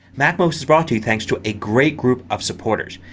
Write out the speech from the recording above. macmost is brought to you thanks to a great group of supporters.